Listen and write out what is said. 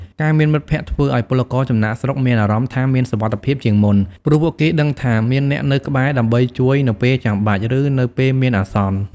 ការមានមិត្តភក្តិធ្វើឱ្យពលករចំណាកស្រុកមានអារម្មណ៍ថាមាន សុវត្ថិភាព ជាងមុន ព្រោះពួកគេដឹងថាមានអ្នកនៅក្បែរដើម្បីជួយនៅពេលចាំបាច់ ឬនៅពេលមានអាសន្ន ។